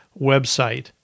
website